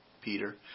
Peter